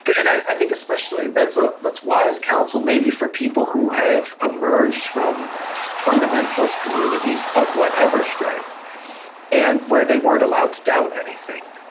and i think especially that's ah that's wise counsel maybe for people who have emerged from fundamentalist communities of whatever stripe and where they weren't allowed to doubt anything.